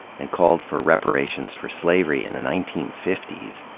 and called for reparations for slavery in the nineteen fifty s.